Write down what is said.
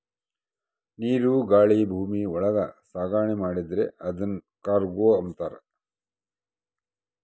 ನೀರು ಗಾಳಿ ಭೂಮಿ ಒಳಗ ಸಾಗಣೆ ಮಾಡಿದ್ರೆ ಅದುನ್ ಕಾರ್ಗೋ ಅಂತಾರ